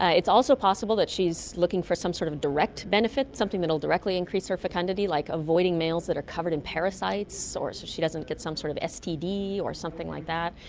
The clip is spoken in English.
it's also possible that she's looking for some sort of direct benefit, something that will directly increase her fecundity, like avoiding males that are covered in parasites so she doesn't get some sort of std or something like that.